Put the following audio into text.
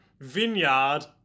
vineyard